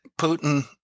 Putin